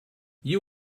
you